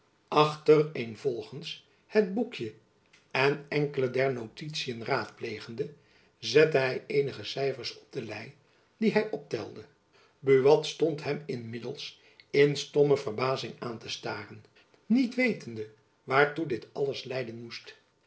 achtereenvolgends het boekjen en enkelen der notitiën raadplegende zette hy eenige cyfers op de lei die hy optelde buat stond hem inmiddels in stomme verbazing aan te staren niet wetende waartoe dit alles leiden moest